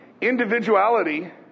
individuality